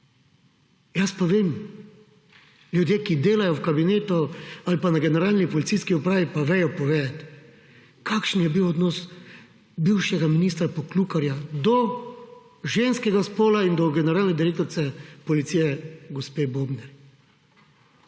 Jaz pa vem. Ljudje, ki delajo v kabinetu ali pa na generalni policijski upravi, pa vedo povedati, kakšen je bil odnos bivšega ministra Poklukarja do ženskega spola in do generalne direktorice policije gospe Bobnar.